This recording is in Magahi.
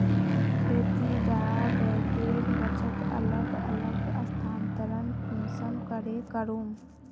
खेती डा बैंकेर बचत अलग अलग स्थानंतरण कुंसम करे करूम?